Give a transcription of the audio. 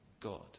God